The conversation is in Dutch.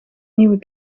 nieuwe